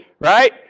Right